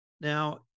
Now